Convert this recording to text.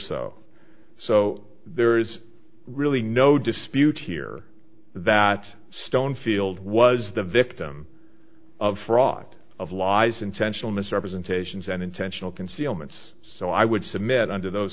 so so there is really no dispute here that stone field was the victim of fraud of lies intentional misrepresentations and intentional concealments so i would submit under those